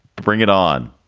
bring it on.